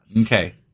Okay